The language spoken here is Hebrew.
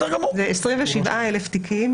זה 27,000 תיקים,